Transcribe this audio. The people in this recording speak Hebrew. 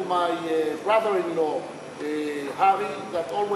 to my brother-in-law Harry that always